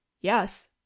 Yes